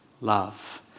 love